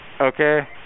Okay